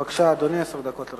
בבקשה, אדוני, עשר דקות לרשותך.